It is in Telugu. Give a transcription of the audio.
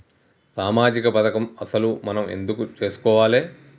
సామాజిక పథకం అసలు మనం ఎందుకు చేస్కోవాలే?